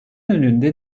önünde